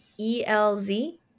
elz